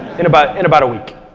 in about in about a week.